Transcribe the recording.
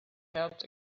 helped